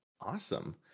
Awesome